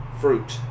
Fruit